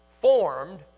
formed